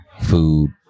food